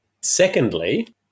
Secondly